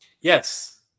Yes